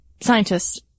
scientists